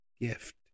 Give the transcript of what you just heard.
gift